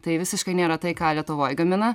tai visiškai nėra tai ką lietuvoj gamina